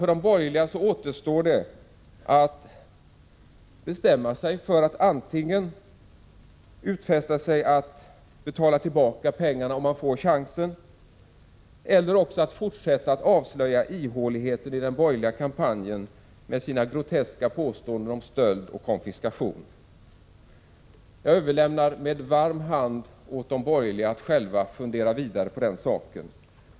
För de borgerliga återstår att bestämma sig för att antingen utfästa sig att betala tillbaka pengarna om man får chansen, eller också fortsätta att avslöja ihåligheten i kampanjen med dess groteska påståenden om stöld och konfiskation. Jag överlåter med varm hand åt de borgerliga att själva fundera vidare på den saken.